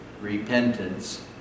repentance